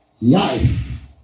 Life